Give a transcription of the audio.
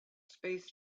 space